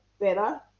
better